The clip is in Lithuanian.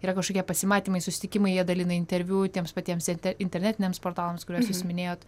yra kažkokie pasimatymai susitikimai jie dalina interviu tiems patiems inte internetiniams portalams kuriuos jūs užsiiminėjot